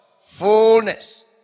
fullness